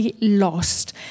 lost